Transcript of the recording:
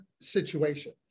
situation